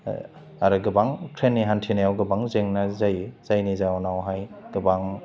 आरो गोबां ट्रेननि हान्थिनायाव गोबां जेंना जायो जायनि जाउनाव हाय गोबां